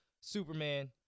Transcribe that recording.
Superman